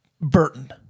Burton